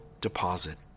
deposit